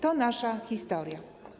To nasza historia.